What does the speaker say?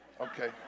Okay